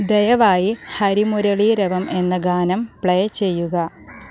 ദയവായി ഹരിമുരളീരവം എന്ന ഗാനം പ്ലേ ചെയ്യുക